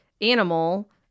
animal